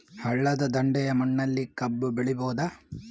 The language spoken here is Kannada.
ಹಳ್ಳದ ದಂಡೆಯ ಮಣ್ಣಲ್ಲಿ ಕಬ್ಬು ಬೆಳಿಬೋದ?